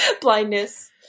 Blindness